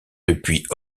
depuis